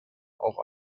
auch